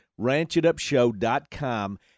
RanchItUpShow.com